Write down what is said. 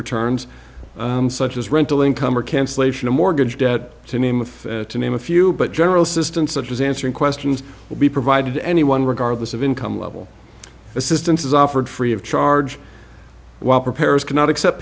returns such as rental income or cancellation of mortgage debt to meet with to name a few but general systems such as answering questions will be provided anyone regardless of income level assistance is offered free of charge while preparers cannot accept